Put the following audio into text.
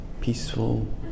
peaceful